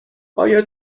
آیا